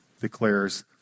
declares